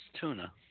tuna